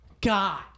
God